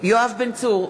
יואב בן צור,